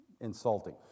insulting